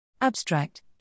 Abstract